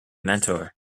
mentor